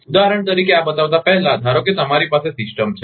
ઉદાહરણ તરીકે આ બતાવતા પહેલાં ધારો કે તમારી પાસે સિસ્ટમ છે